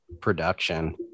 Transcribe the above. production